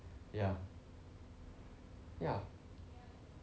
ya ya